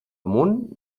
amunt